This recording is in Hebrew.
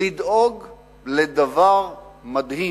לדאוג לדבר מדהים,